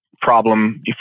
problem